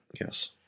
Yes